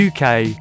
UK